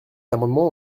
amendement